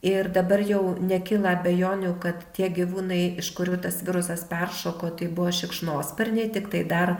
ir dabar jau nekyla abejonių kad tie gyvūnai iš kurių tas virusas peršoko tai buvo šikšnosparniai tiktai dar